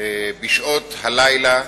בשעות הלילה,